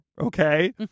okay